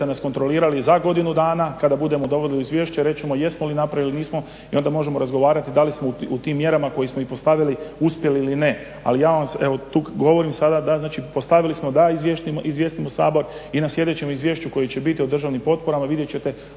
nas kontrolirali za godinu dana, kada budemo dovodili izvješće reći ćemo jesmo li napravili ili nismo i onda možemo razgovarati da li smo u tim mjerama koje smo i postavili uspjeli ili ne. Ali ja vam evo tu govorim sada da znači postavili smo da izvijestimo Sabor i na sljedećem izvješću koje će biti o državnim potporama vidjet ćete